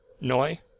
Noi